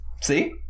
See